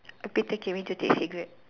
okay take away to take a cigarette